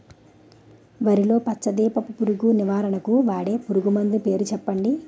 వరిలో పచ్చ దీపపు పురుగు నివారణకు వాడే పురుగుమందు పేరు చెప్పండి?